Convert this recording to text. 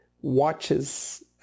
watches